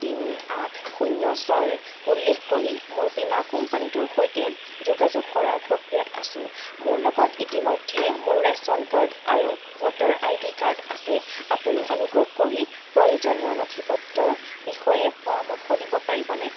তিনি আঠ শূন্য ছয়ৰ উল্লেখ কৰি মোৰ বীমা কোম্পানীটোৰ সৈতে যোগাযোগ কৰাৰ প্ৰক্ৰিয়াত আছোঁ মোৰ লগত ইতিমধ্যে মোৰ ৰেচন কাৰ্ড আৰু ভোটাৰ আইডি কাৰ্ড আছে আপুনি অনুগ্ৰহ কৰি প্ৰয়োজনীয় নথিপত্ৰৰ বিষয়ে পৰামৰ্শ দিব পাৰিবনে